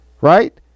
right